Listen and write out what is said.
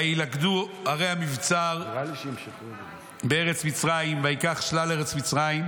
וילכדו ערי המבצר בארץ מצרים וייקח שלל ארץ מצרים.